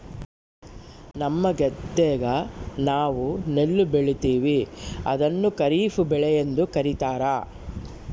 ನಮ್ಮ ಗದ್ದೆಗ ನಾವು ನೆಲ್ಲು ಬೆಳೀತೀವಿ, ಅದನ್ನು ಖಾರಿಫ್ ಬೆಳೆಯೆಂದು ಕರಿತಾರಾ